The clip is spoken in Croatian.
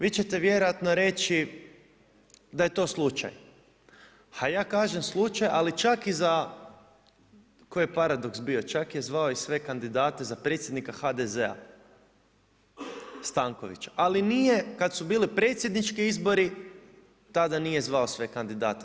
Vi ćete vjerojatno reći da je to slučaj, a ja kažem slučaj ali čak i za koji paradoks bio, čak je zvao i sve kandidate za predsjednika HDZ-a Stanković, ali nije kada su bili predsjednički izbori, tada nije zvao sve kandidate.